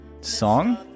song